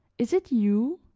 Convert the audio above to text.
is it you?